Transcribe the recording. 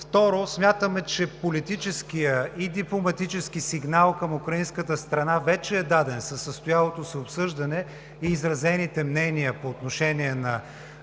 Второ, смятаме, че политическият и дипломатическият сигнал към украинската страна вече е даден със състоялото се обсъждане и изразените мнения по отношение на